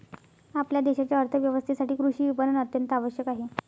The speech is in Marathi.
आपल्या देशाच्या अर्थ व्यवस्थेसाठी कृषी विपणन अत्यंत आवश्यक आहे